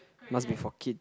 must be for kid